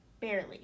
barely